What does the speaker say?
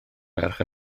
merch